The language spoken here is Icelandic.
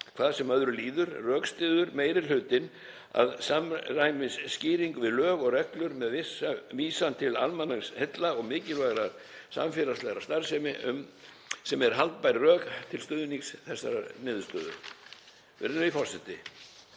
Hvað sem öðru líður rökstyður meiri hlutinn að samræmisskýring við lög og reglur með vísan til almannaheilla og mikilvægrar samfélagslegrar starfsemi séu haldbær rök til stuðnings þessarar niðurstöðu. Virðulegi forseti.